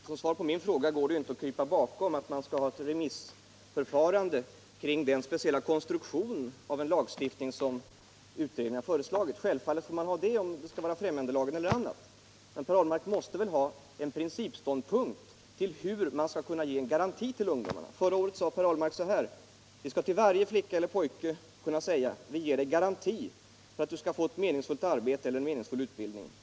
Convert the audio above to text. Herr talman! Man kan självfallet inte när man skall besvara min fråga krypa bakom remissförfarandet i vad gäller den lagstiftningskonstruktion som utredningen har föreslagit. Naturligtvis skall man ha ett sådant, oavsett om man skall anknyta till främjandelagen eller följa någon annan väg, men Per Ahlmark måste väl ha en principståndpunkt i frågan hur man skall kunna ge en garanti till ungdomarna. Förra året sade Per Ahlmark: Vi skall till varje flicka eller pojke kunna säga: Vi ger dig garanti för att du skall få ett meningsfullt arbete eller en meningsfull utbildning.